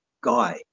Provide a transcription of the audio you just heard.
guy